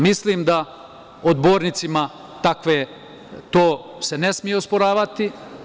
Mislim da odbornicima to se ne sme osporavati.